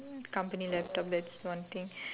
company laptop that's one thing